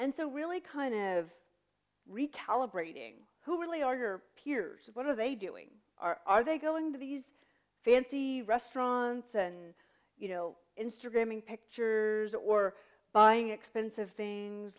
and so really kind of recalibrating who really are your peers what are they doing are are they going to these fancy restaurants and you know instagram and pictures or buying expensive things